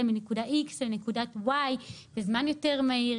לנקודה איקס לנקודת ואי בזמן יותר מהיר,